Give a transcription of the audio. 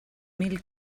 mil